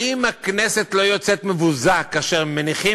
האם הכנסת לא יוצאת מבוזה כאשר מניחים